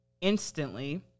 instantly